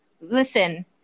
listen